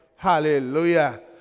Hallelujah